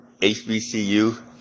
HBCU